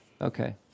Okay